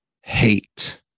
hate